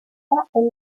ángel